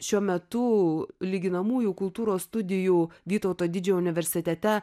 šiuo metu lyginamųjų kultūros studijų vytauto didžiojo universitete